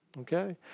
okay